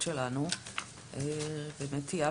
כולה או